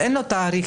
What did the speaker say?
אין להן תאריך,